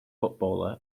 footballer